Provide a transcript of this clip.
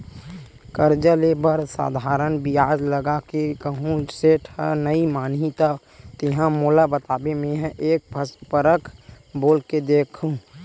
करजा ले बर साधारन बियाज लगा के कहूँ सेठ ह नइ मानही त तेंहा मोला बताबे मेंहा एक फरक बोल के देखहूं